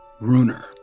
Runer